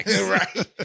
right